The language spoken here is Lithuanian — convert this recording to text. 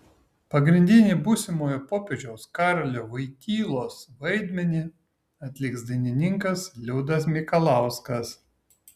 pagrindinį būsimojo popiežiaus karolio vojtylos vaidmenį atliks dainininkas liudas mikalauskas